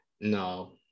no